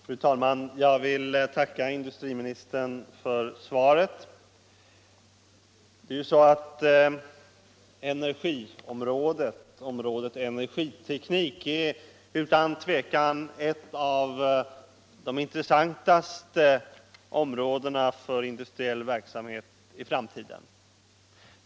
Fru talman! Jag vill tacka industriministern för svaret. Energiteknik är utan tvivel ett av de intressantaste områdena för industriell verksamhet i framtiden.